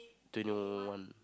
twenty one one one